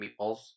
meatballs